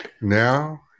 Now